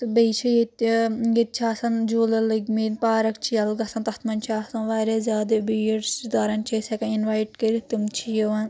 بییٚہ چھ ییٚتہِ ییٚتہِ چُھ آسان جوٗلہٕ لٔگۍمتۍ پارک چھے یَلہٕ گژھان تتھ منٛز چھے آسان واریاہ زیادٟ بیٖڑ رشتدارن چھِ أسی ہؠکان اِنوایٹ کرتھ تٕم چھِ یِوان